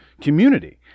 community